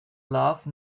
love